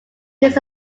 this